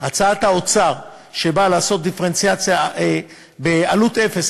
שבאה לעשות דיפרנציאציה בעלות אפס,